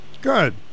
Good